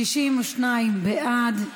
62 בעד,